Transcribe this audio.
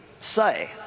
say